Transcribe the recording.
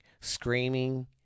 screaming